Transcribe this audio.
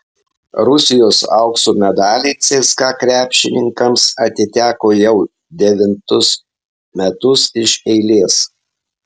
rusijos aukso medaliai cska krepšininkams atiteko jau devintus metus iš eilės